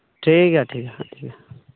ᱴᱷᱤᱠ ᱜᱮᱭᱟ ᱴᱷᱤᱠ ᱜᱮᱭᱟ